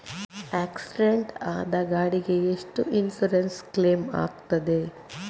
Accident ಆದ ಗಾಡಿಗೆ ಎಷ್ಟು ಇನ್ಸೂರೆನ್ಸ್ ಕ್ಲೇಮ್ ಆಗ್ತದೆ?